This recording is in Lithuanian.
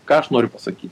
ką aš noriu pasakyt